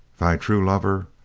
thy true lover,